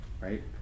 Right